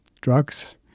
drugs